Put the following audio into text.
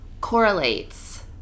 correlates